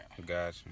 Gotcha